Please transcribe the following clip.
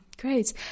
Great